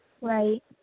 Right